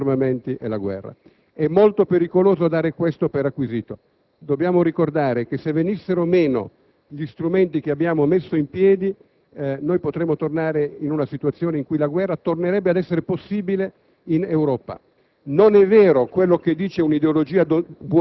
l'industria, la scienza, non attraverso gli armamenti e la guerra. È molto pericoloso dare questo per acquisito. Dobbiamo ricordare che se venissero meno gli strumenti che abbiamo messo in piedi potremmo tornare in una situazione in cui la guerra tornerebbe ad essere possibile in Europa.